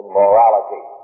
morality